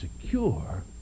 secure